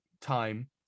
time